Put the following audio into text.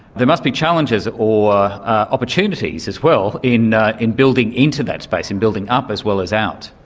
there must be challenges or opportunities as well in ah in building into that space, in building up as well as out.